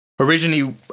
originally